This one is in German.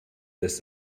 dass